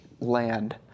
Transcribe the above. land